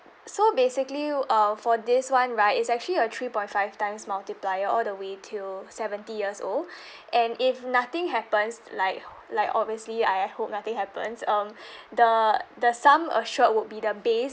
so basically uh for this [one] right is actually a three point five times multiplier all the way till seventy years old and if nothing happens like like obviously I hope nothing happens um the the sum assured would be the base